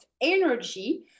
energy